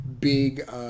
big